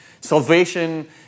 Salvation